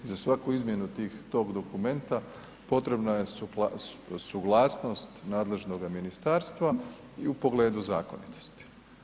I za svaku izmjenu tog dokumenta potrebna je suglasnost nadležnoga ministarstva i u pogledu zakonitosti.